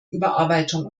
überarbeitung